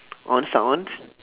onz tak onz